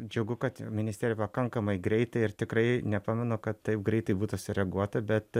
džiugu kad ministerija pakankamai greitai ir tikrai nepamenu kad taip greitai būtų sureaguota bet